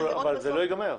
אבל זה לא ייגמר.